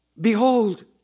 Behold